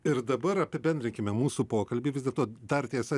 ir dabar apibendrinkime mūsų pokalbį vis dėlto dar tiesa